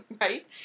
Right